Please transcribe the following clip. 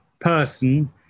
person